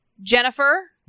Jennifer